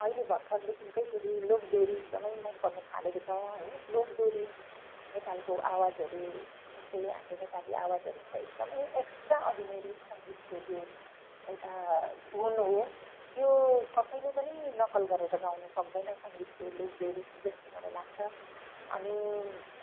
अहिले भर्खरदेखि चाहिँ फेरि लोक दोहोरी एकदमै मनपर्न थालेको छ हो लोक दोहोरी नेपालको आवाजहरू जुन चाहिँ हाम्रो नेपाली आवाजहरू हुन्छ एकदमै एक्सट्रा अर्डिनेरी सङ्गीतको त्यो एउटा धुन हो त्यो कसैले पनि नकल गरेर गाउनु सक्दैन सङ्गीतको लोक दोहोरी जस्तो मलाई लाग्छ अनि